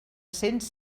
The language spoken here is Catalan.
cents